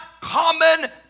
common